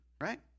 right